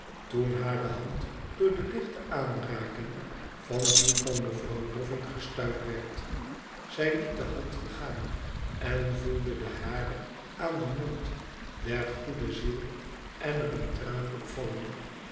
toen hare hand door de lichte aanraking van die van mevrouw boffin gestuit werd zij liet de hand begaan en voelde de hare aan den mond der goede ziel en er een traan op vallen